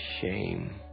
shame